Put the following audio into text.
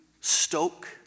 stoke